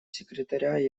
секретаря